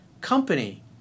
company